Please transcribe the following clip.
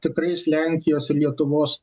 tikrais lenkijos ir lietuvos